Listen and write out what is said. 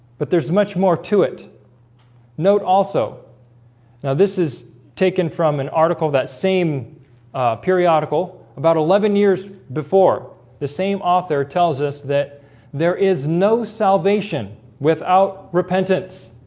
but there's much more to it note also also now this is taken from an article that same periodical about eleven years before the same author tells us that there is no salvation without repentance